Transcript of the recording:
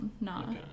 no